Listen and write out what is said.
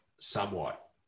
somewhat